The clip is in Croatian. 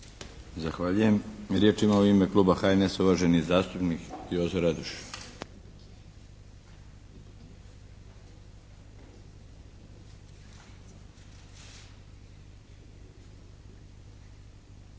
Zahvaljujem. Riječ ima u ime kluba HNS-a uvaženi zastupnik Jozo Radoš.